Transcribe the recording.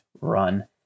run